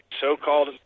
so-called